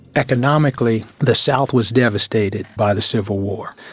economically the south was devastated by the civil war.